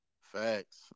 Facts